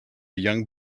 young